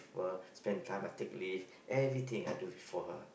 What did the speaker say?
spend time I take leave everything I do for her